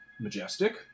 Majestic